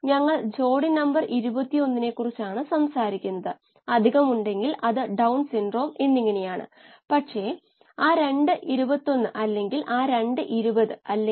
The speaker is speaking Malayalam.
ഏകദേശം 56 സെക്കൻഡിൽ രേഖീയത ആരംഭിച്ചു